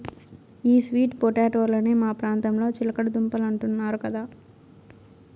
ఈ స్వీట్ పొటాటోలనే మా ప్రాంతంలో చిలకడ దుంపలంటున్నారు కదా